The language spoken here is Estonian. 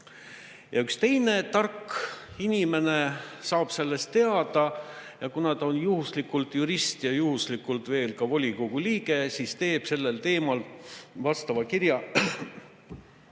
Ja üks teine tark inimene saab sellest teada ja kuna ta on juhuslikult jurist ja juhuslikult veel ka volikogu liige, siis teeb ta sellel teemal kirja